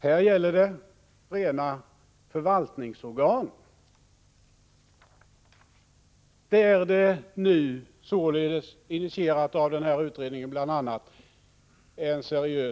Här är det alltså fråga om rena förvaltningsorgan, beträffande vilka det pågår en seriös diskussion om att ta bort företrädarna för organisationerna.